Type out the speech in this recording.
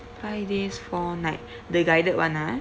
five days four night the guided [one] ah